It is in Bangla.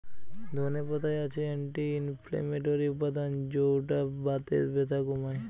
ধনে পাতায় আছে অ্যান্টি ইনফ্লেমেটরি উপাদান যৌটা বাতের ব্যথা কমায়